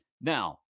Now